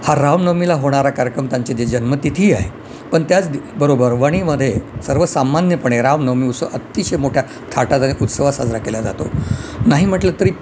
हा रामनवमीला होणारा कार्यक्रम त्यांचे जे जन्म तिथी आहे पण त्याच बरोबर वणीमध्ये सर्वसामान्यपणे रामनवमी उसव अतिशय मोठ्या थाटात आणि उत्सवात साजरा केला जातो नाही म्हटलं तरी